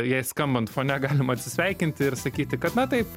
jai skambant fone galim atsisveikinti ir sakyti kad na taip